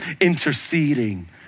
interceding